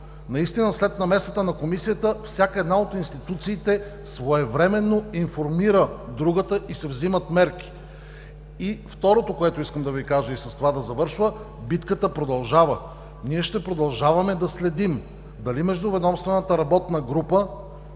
Наистина след намесата на Комисията всяка една от институциите своевременно информира другата и се взимат мерки. Второто, което искам да Ви кажа, и да завърша: битката продължава. Ние ще продължаваме да следим дали Междуведомствената работна група